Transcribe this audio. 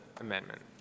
amendment